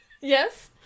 Yes